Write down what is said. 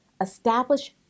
establish